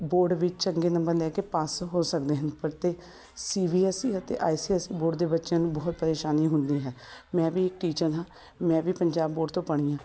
board ਵਿੱਚ ਚੰਗੇ number ਲੈ ਕੇ ਪਾਸ ਹੋ ਸਕਦੇ ਹਨ ਪਰ ਅਤੇ ਸੀ ਬੀ ਐੱਸ ਈ ਅਤੇ I C S E board ਦੇ ਬੱਚਿਆਂ ਨੂੰ ਬਹੁਤ ਪਰੇਸ਼ਾਨੀ ਹੁੰਦੀ ਹੈ ਮੈਂ ਵੀ ਟੀਚਰ ਹਾਂ ਮੈਂ ਵੀ ਪੰਜਾਬ ਬੋਰਡ ਤੋਂ ਪੜ੍ਹੀ ਹਾਂ